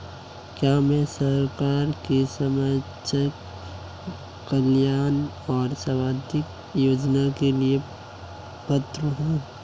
क्या मैं सरकार के सामाजिक कल्याण और स्वास्थ्य योजना के लिए पात्र हूं?